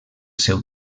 seu